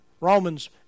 Romans